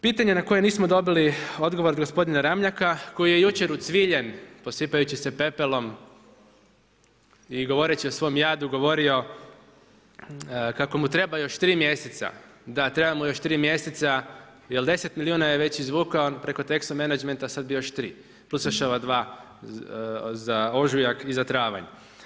Pitanje na koje nismo dobili odgovor od gospodina Ramljaka, koji je jučer ucviljen posipajući se pepelom i govoreći o svom jadu, govorio kako mu treba još 3 mjeseca, da treba mu još 3 mjeseca jer 10 milijuna je već izvukao preko Texo Menagmenta, sad bi još 3 plus još ova 2 za ožujak i za travanj.